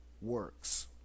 works